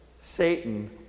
Satan